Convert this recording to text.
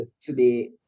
today